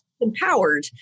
empowered